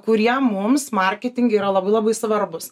kurie mums marketinge yra labai labai svarbūs